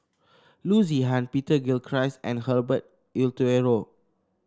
Loo Zihan Peter Gilchrist and Herbert Eleuterio